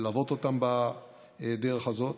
ללוות אותם בדרך הזאת,